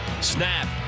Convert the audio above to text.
Snap